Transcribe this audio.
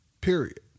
period